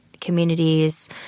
communities